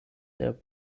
der